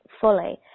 fully